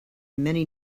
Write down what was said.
many